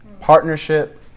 partnership